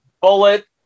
Bullet